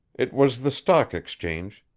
it was the stock exchange,